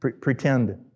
Pretend